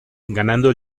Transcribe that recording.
ganando